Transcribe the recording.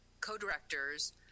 co-directors